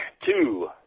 Two